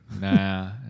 nah